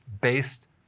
based